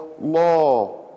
law